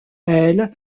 elle